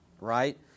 right